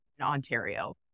Ontario